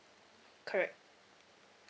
correct